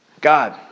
God